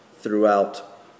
throughout